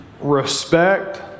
respect